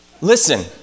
listen